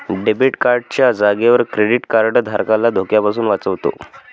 debit card च्या जागेवर credit card धारकाला धोक्यापासून वाचवतो